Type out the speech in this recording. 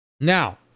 Now